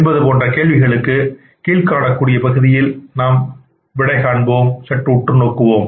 என்பது போன்ற கேள்விகளை கீழ்கண்ட பகுதியில் நாம் உற்று நோக்குவோம்